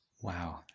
Wow